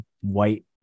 white